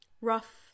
Rough